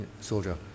soldier